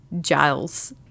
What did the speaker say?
giles